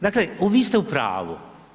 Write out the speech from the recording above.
Dakle, vi ste u pravu.